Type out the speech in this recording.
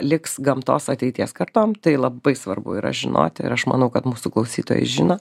liks gamtos ateities kartom tai labai svarbu yra žinoti ir aš manau kad mūsų klausytojai žino